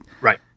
right